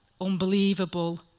unbelievable